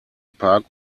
park